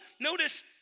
notice